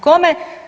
Kome?